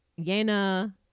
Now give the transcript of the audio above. Yena